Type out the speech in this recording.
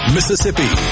Mississippi